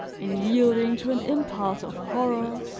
in yielding to an impulse of horror,